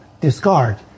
discard